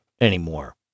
anymore